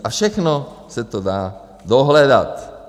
A všechno se to dá dohledat.